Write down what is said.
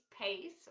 pace